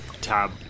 tab